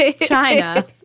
China